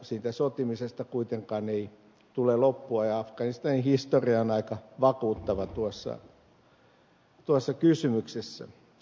sotimisesta ei kuitenkaan ei tule loppua ja afganistanin historia on aika vakuuttava tässä kysymyksessä